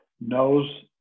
Knows